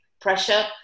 pressure